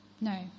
No